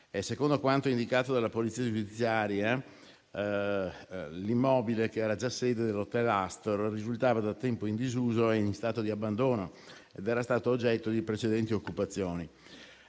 Secondo quanto indicato dalla Polizia giudiziaria, l'immobile, che era già sede dell'hotel Astor, risultava da tempo in disuso e in stato di abbandono ed era stato oggetto di precedenti occupazioni.